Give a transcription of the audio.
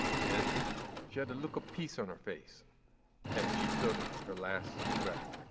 then she had a look of peace on her face as she took her last breath.